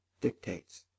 DICTATES